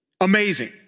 Amazing